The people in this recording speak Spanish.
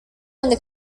donde